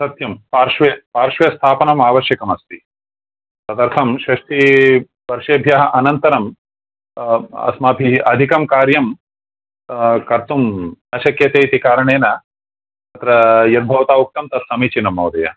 सत्यं पार्श्वे पार्श्वे स्थापनमावश्यकमस्ति तदर्थंं षष्टीवर्षेभ्यः अनन्तरं अस्माभिः अधिकं कार्यं कर्तुं अशक्यते इति कारणेन अत्र यद्भवता उक्तं तत् समीचीनं महोदय